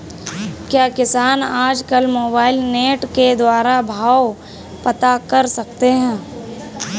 क्या किसान आज कल मोबाइल नेट के द्वारा भाव पता कर सकते हैं?